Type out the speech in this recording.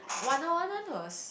Wanna One none was